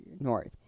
North